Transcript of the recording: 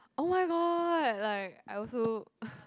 oh my god like I also